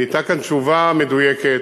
ניתנה כאן תשובה מדויקת.